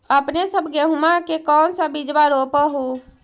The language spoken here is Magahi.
अपने सब गेहुमा के कौन सा बिजबा रोप हू?